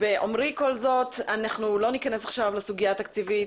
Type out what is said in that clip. באומרי כל זאת, לא ניכנס לסוגיה התקציבית.